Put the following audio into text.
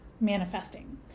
manifesting